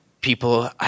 people